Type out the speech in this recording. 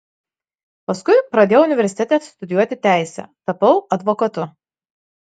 paskui pradėjau universitete studijuoti teisę tapau advokatu